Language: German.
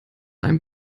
einem